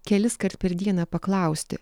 keliskart per dieną paklausti